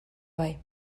bai